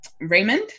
raymond